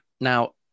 now